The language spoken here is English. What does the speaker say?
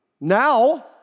Now